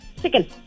chicken